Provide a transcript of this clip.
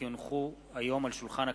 כי הונחו היום על שולחן הכנסת,